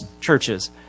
churches